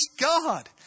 God